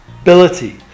Ability